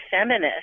feminist